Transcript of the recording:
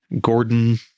Gordon